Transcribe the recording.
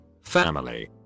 Family